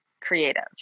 creative